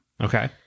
Okay